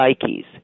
psyches